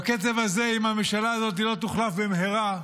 בקצב הזה, אם הממשלה הזאת לא תוחלף במהרה,